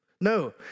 No